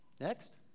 Next